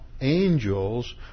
angels